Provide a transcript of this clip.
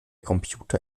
computer